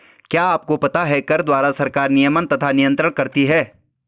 क्या आपको पता है कर द्वारा सरकार नियमन तथा नियन्त्रण करती है?